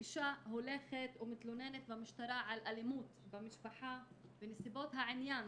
אישה הולכת ומתלוננת במשטרה על אלימות במשפחה ונסיבות העניין